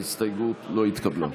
ההסתייגות לא התקבלה.